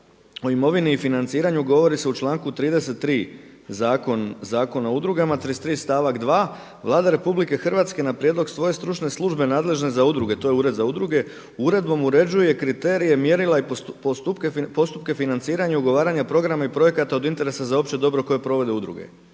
o imovini i financiranju govori se u članku 33. Zakona o udrugama, 33. stavak 2. Vlada RH na prijedlog svoje stručne službe nadležne za udruge, to je Ured za udruge uredbom uređuje kriterije, mjerila i postupke financiranja i ugovaranja programa i projekata od interesa za opće dobro koje provode udruge.